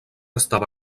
estava